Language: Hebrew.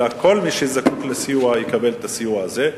אלא כל מי שזקוק לסיוע יקבל את הסיוע הזה.